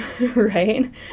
Right